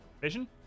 Vision